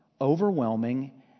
overwhelming